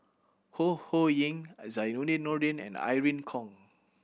Ho Ho Ying Zainudin Nordin and Irene Khong